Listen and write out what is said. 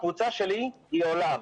הקבוצה שלי היא עולם.